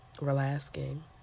relaxing